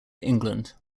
england